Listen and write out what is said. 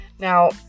Now